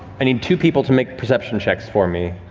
i need two people to make perceptions check for me.